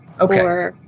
Okay